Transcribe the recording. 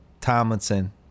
Tomlinson